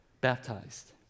baptized